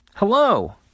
Hello